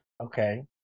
Okay